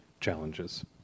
challenges